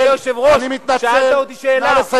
אדוני היושב-ראש, שאלת אותי שאלה.